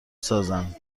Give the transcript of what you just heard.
سازند